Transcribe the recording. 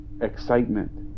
excitement